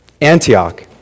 Antioch